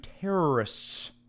terrorists